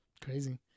Crazy